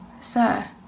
sir